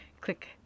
click